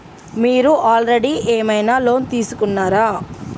మీరు ఆల్రెడీ ఏమైనా లోన్ తీసుకున్నారా?